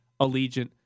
Allegiant